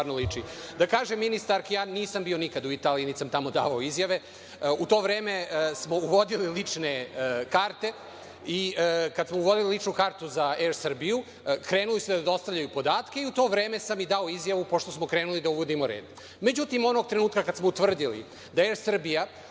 da ja nikada nisam bio u Italiji, niti sam tamo davao izjave. U to vreme smo uvodili lične karte, i kada smo uvodili ličnu kartu za „Er Srbiju“, krenuli su da dostavljaju podatke i u to vreme sam i dao izjavu, pošto smo krenuli da uvodimo red. Međutim, onog trenutka kada smo utvrdili da „Er Srbija“,